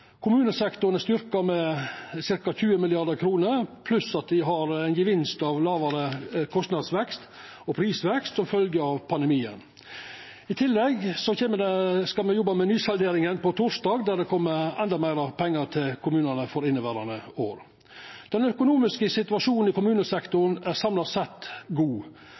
Kommunesektoren er styrkt med ca. 20 mrd. kr, pluss at dei har ein gevinst av lågare kostnads- og prisvekst som følgje av pandemien i 2020. I tillegg skal me jobba med nysalderinga på torsdag, der kjem endå meir pengar til kommunane i inneverande år. Den økonomiske situasjonen i kommunesektoren er samla sett god,